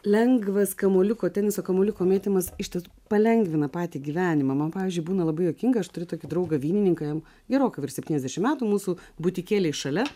lengvas kamuoliuko teniso kamuoliuko mėtymas išties palengvina patį gyvenimą man pavyzdžiui būna labai juokinga aš turiu tokį draugą vynininką gerokai virš septyniasdešimt metų mūsų butikėlėj šalia